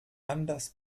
anders